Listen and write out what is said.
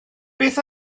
beth